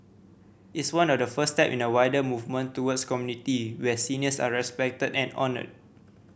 it's one of the first step in a wider movement towards community where seniors are respected and honoured